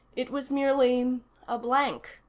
it was merely a blank.